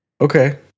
okay